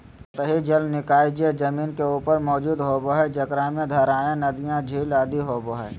सतही जल निकाय जे जमीन के ऊपर मौजूद होबो हइ, जेकरा में धाराएँ, नदियाँ, झील आदि होबो हइ